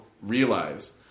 Realize